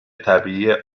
طبیعی